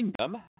Kingdom